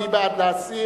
מי בעד להסיר?